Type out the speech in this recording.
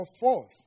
forth